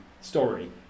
story